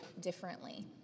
differently